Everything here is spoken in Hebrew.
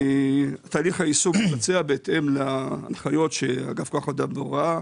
תהליך היישום התבצע בהתאם להנחיות של אגף כוח אדם להוראה.